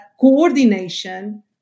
coordination